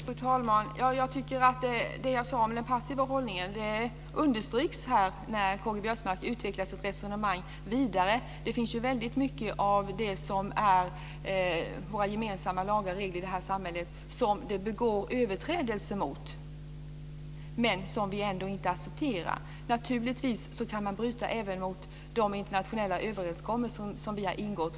Fru talman! Jag tycker att det jag sade om den passiva hållningen understryks här när Karl-Göran Biörsmark utvecklar sitt resonemang vidare. Väldigt mycket av det som är våra gemensamma lagar och regler i samhället begås det överträdelse mot och som vi inte accepterar. Så naturligtvis kan man från en del individers sida bryta även mot de internationella överenskommelser som vi har ingått.